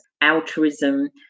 altruism